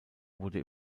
wurde